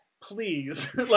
please